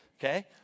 Okay